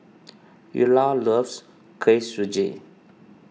Illa loves Kuih Suji